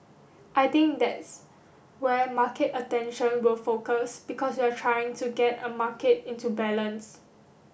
I think that's where market attention will focus because you're trying to get a market into balance